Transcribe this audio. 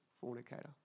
Fornicator